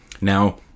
Now